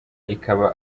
ikaba